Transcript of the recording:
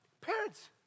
parents